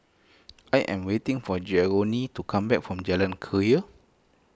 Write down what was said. I am waiting for Jeromy to come back from Jalan Keria